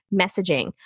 messaging